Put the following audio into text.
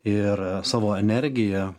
ir savo energiją